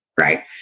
right